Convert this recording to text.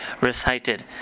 recited